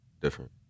different